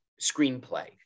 screenplay